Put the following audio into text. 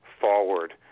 forward